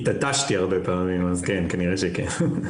התעטשתי הרבה פעמים, אז כן, כנראה שכן.